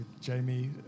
Jamie